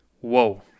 whoa